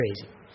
crazy